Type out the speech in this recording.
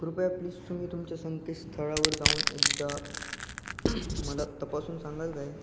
कृपया प्लीज तुम्ही तुमच्या संकेतस्थळावर जाऊन एकदा मला तपासून सांगाल काय